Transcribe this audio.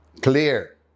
Clear